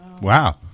Wow